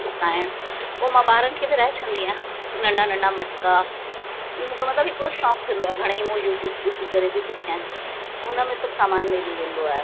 सुकाइणु पोइ मां ॿारनि खे विराहे छॾंदी आहियां नंढा नंढा मटका इ मूंखे मतलब हिकिड़ो शौक़ थींदो आहे घणेई मूं यूट्यूब ॾिसी करे बि सिखिया आहिनि हुन में सभु सामान मिली वेंदो आहे